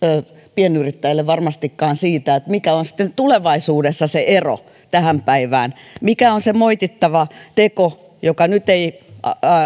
pienyrittäjille varmastikaan siitä mikä on sitten tulevaisuudessa se ero tähän päivään mikä on se moitittava teko joka nyt ei